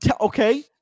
Okay